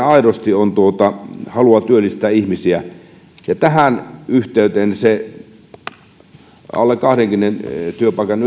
aidosti halua työllistää ihmisiä ja tähän yhteyteen se alle kahdenkymmenen työpaikan